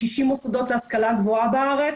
יש 60 מוסדות להשכלה גבוהה בארץ,